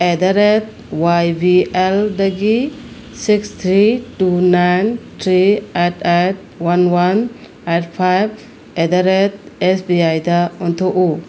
eight the rate Y B ꯑꯦꯜꯗꯒꯤ six three two nine three eight eight one one eight ꯐꯥꯏꯕ at the rate S B ID ꯑꯣꯟꯊꯣꯛꯎ